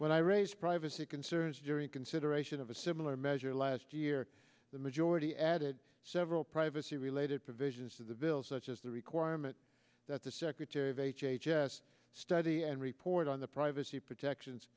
when i raise privacy concerns during consideration of a similar measure last year the majority added several privacy related provisions of the bill such as the requirement that the secretary of h h s study and report on the privacy protections